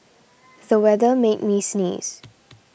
the weather made me sneeze